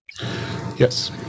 Yes